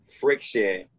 friction